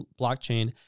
blockchain